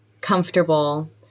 comfortable